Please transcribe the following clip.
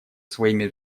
своими